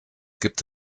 gibt